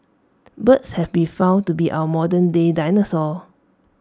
birds have been found to be our modernday dinosaurs